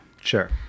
Sure